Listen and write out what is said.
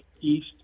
East